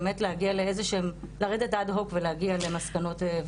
באמת לרדת אד הוק ולהגיע למסקנות.